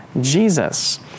Jesus